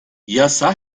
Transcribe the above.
yasa